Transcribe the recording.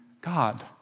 God